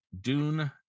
dune